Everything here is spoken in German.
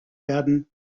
werden